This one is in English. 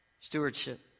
Stewardship